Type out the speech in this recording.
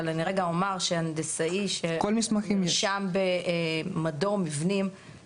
אבל אני רגע אומר שהנדסאי שנרשם במדור מקבל